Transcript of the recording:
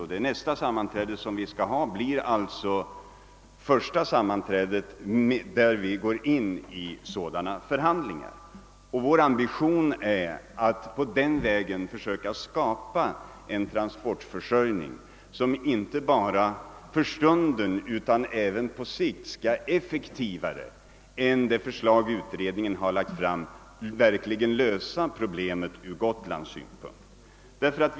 Vårt nästa sammanträde blir alltså det första där vi går in i sådana förhandlingar, och vår ambition är att på den vägen försöka skapa en transportförsörjning som inte bara för stunden utan även på sikt skall effektivare än det förslag utredningen har lagt fram verkligen lösa problemet ur Gotlands synpunkt.